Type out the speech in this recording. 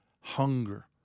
Hunger